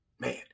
man